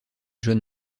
john